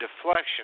deflection